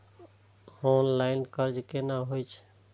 Online कर्ज केना होई छै?